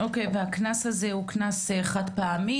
והקנס הזה הוא קנס חד פעמי?